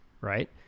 right